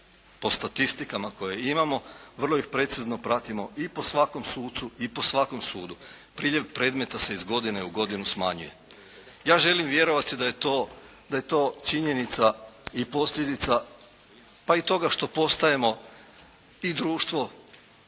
po statistikama koje imamo vrlo ih precizno pratimo i po svakom sucu i po svakom sudu. Priljev predmeta se iz godine u godinu smanjuje. Ja želim vjerovati da je to činjenica i posljedica pa i toga što postajemo i društvo